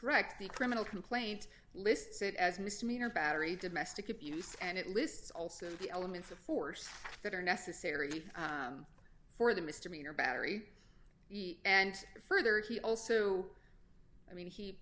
correct the criminal complaint lists it as misdemeanor battery domestic abuse and it lists also the elements of force that are necessary for the mr minor battery and further he also i mean he